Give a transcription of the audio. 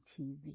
TV